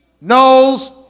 knows